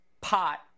pot